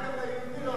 גם ליהודי לא נותן.